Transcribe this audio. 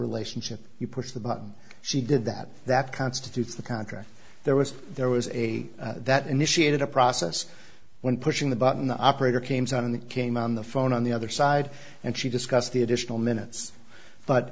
relationship you push the button she did that that constitutes the contract there was there was a that initiated a process when pushing the button the operator came suddenly came on the phone on the other side and she discussed the additional minutes but